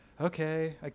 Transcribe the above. okay